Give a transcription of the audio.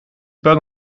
pas